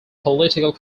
political